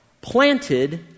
planted